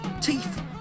teeth